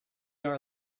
are